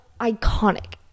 iconic